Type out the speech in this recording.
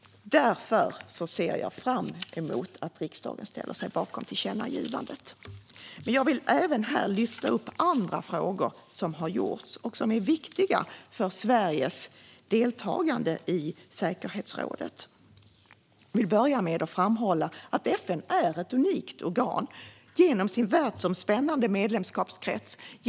Därför ser jag fram emot att riksdagen ställer sig bakom tillkännagivandet. Men jag vill här även lyfta upp andra frågor som har varit viktiga för Sveriges deltagande i säkerhetsrådet. Jag vill börja med att framhålla att FN är ett unikt organ genom sin världsomspännande medlemskrets.